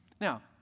Now